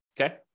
okay